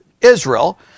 Israel